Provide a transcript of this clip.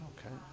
Okay